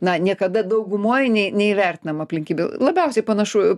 na niekada daugumoj nei neįvertinam aplinkybių labiausiai panašu